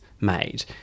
made